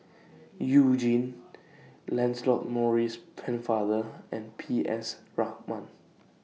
YOU Jin Lancelot Maurice Pennefather and P S Raman